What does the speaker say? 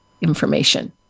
information